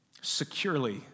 securely